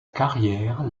carrière